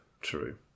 true